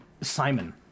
Simon